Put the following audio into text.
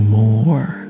more